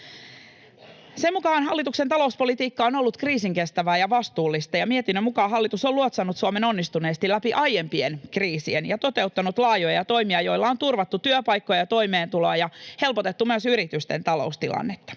Sen mukaan hallituksen talouspolitiikka on ollut kriisinkestävää ja vastuullista, ja mietinnön mukaan hallitus on luotsannut Suomen onnistuneesti läpi aiempien kriisien ja toteuttanut laajoja toimia, joilla on turvattu työpaikkoja ja toimeentuloa ja helpotettu myös yritysten taloustilannetta.